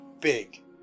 big